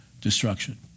destruction